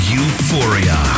Euphoria